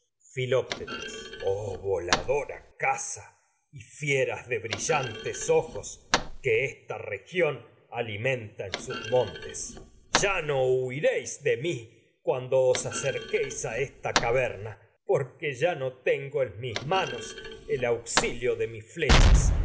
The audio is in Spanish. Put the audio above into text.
filoctetes oh voladora caza y fieras de brillan tes ojos que esta región alimenta en sus montes ya no huiréis de mi cuando os acerquéis a esta caverna por que ya no tengo en mis manos el auxilio de mis flechas